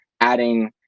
adding